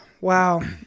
Wow